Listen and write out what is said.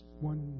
one